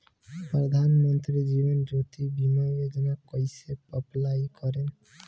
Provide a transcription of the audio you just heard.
प्रधानमंत्री जीवन ज्योति बीमा योजना कैसे अप्लाई करेम?